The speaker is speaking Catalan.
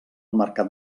mercat